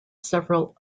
several